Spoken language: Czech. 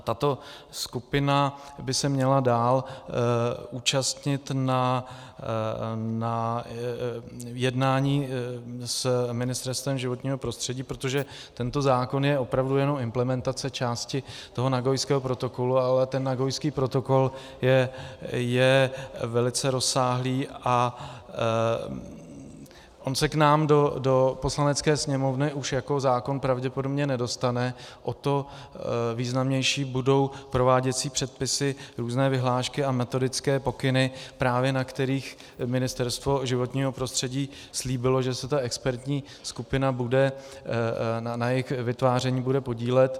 Tato skupina by se měla dál účastnit na jednání s Ministerstvem životního prostředí, protože tento zákon je opravdu jenom implementace části Nagojského protokolu, ale ten Nagojský protokol je velice rozsáhlý, a on se k nám do Poslanecké sněmovny už jako zákon pravděpodobně nedostane, o to významnější budou prováděcí předpisy, různé vyhlášky a metodické pokyny, právě na kterých Ministerstvo životního prostředí slíbilo, že se ta expertní skupina bude, na jejich vytváření, podílet.